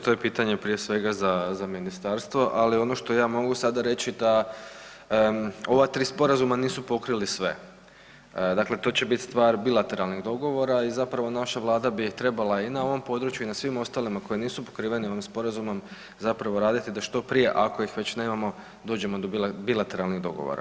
To je pitanje prije svega za ministarstvo, ali ono što ja mogu sada reći da ova tri sporazuma nisu pokrili sve, dakle to će biti stvar bilateralnih dogovora i zapravo naša Vlada bi trebala i na ovom području i na svim ostalima koja nisu pokrivena ovim sporazumom zapravo raditi da što prije ako ih već nemamo dođemo do bilateralnih dogovora.